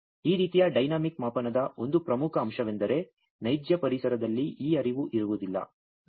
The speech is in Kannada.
ಈಗ ಈ ರೀತಿಯ ಡೈನಾಮಿಕ್ ಮಾಪನದ ಒಂದು ಪ್ರಮುಖ ಅಂಶವೆಂದರೆ ನೈಜ ಪರಿಸರದಲ್ಲಿ ಈ ಹರಿವು ಇರುವುದಿಲ್ಲ